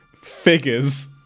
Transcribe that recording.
figures